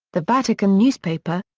the vatican newspaper,